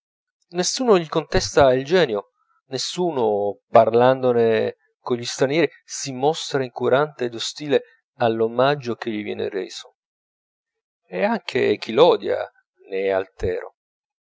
nessuno gli contesta il genio nessuno parlandone cogli stranieri si mostra incurante od ostile all'omaggio che gli vien reso e anche chi l'odia ne è altero